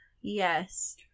Yes